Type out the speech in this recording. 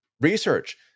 research